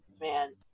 Man